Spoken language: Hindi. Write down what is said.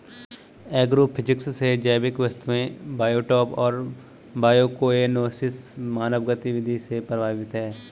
एग्रोफिजिक्स से जैविक वस्तुएं बायोटॉप और बायोकोएनोसिस मानव गतिविधि से प्रभावित हैं